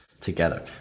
together